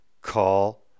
call